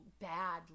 bad